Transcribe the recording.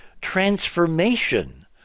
transformation